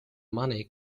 money